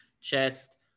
chest